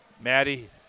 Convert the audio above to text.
Maddie